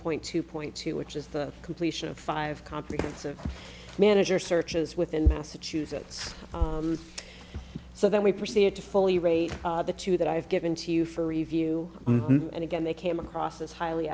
point two point two which is the completion of five comprehensive manager searches within massachusetts so then we proceed to fully rate the two that i've given to you for review and again they came across as highly